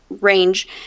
range